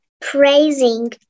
praising